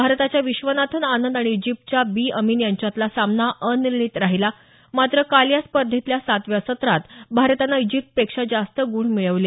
भारताच्या विश्वनाथन आनंद आणि इजिप्तच्या बी अमिन यांच्यातला सामना अनिर्णित राहीला मात्र काल या स्पर्धेतल्या सातव्या सत्रात भारतानं इजिप्तपेक्षा जास्त गुण मिळवले